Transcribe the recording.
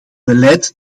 beleid